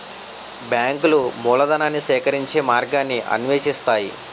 బ్యాంకులు మూలధనాన్ని సేకరించే మార్గాన్ని అన్వేషిస్తాయి